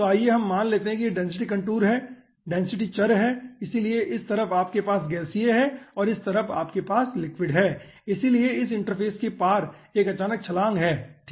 तो आइए हम मान लेते है कि यह डेंसिटी कंटूर है डेंसिटी चर है इसलिए इस तरफ आपके पास गैसीय है और इस तरफ आपके पास लिक्विड है इसलिए इस इंटरफ़ेस के पार एक अचानक छलांग है ठीक है